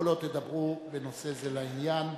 כל עוד תדברו בנושא זה לעניין.